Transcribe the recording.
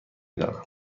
دانم